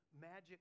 magic